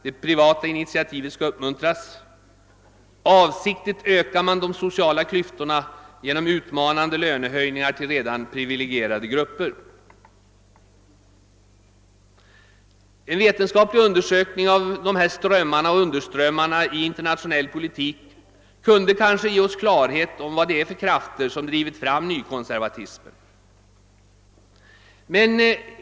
Det privata initiativet skall uppmuntras. Avsiktligt ökar man de sociala klyftorna genom utmanande lönehöjningar till redan privilegierade grupper. En vetenskaplig undersökning av dessa strömmar och undersirömmar i internationell politik kan kanske ge oss klarhet om vad det är för krafter som drivit fram denna nykonservatism.